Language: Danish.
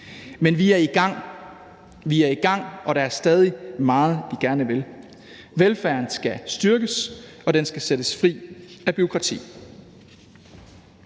gang. Vi er i gang, og der er stadig meget, vi gerne vil. Velfærden skal styrkes, og den skal sættes fri af bureaukrati.